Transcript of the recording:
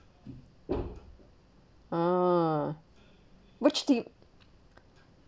uh which date